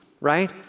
right